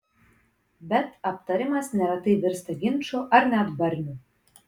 bet aptarimas neretai virsta ginču ar net barniu